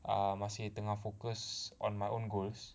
masih tengah focus on my own goals